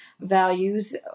Values